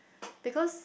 because